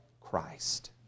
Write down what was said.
Christ